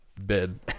bed